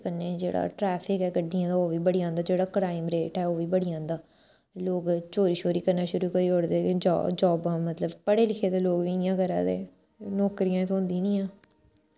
ते कन्नै जेह्ड़ा ट्रैफिक ऐ गड्डियें दा ओह् बी बड़ी जंदा जेह्ड़ा क्राइम रेट ऐ ओह् बी बड़ी जंदा लोक चोरी शोरी करना शुरू करी ओड़दे जा जाबां मतलब पढ़े लिखे दे लोक बी इ'यां करा दे नौकरियां थ्होंदी नी आं